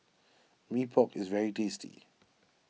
Mee Pok is very tasty